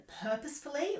purposefully